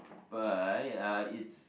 by uh it's